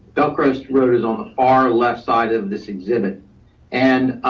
bellcrest road is on the far left side of this exhibit and